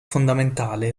fondamentale